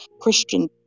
Christian